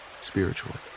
spiritually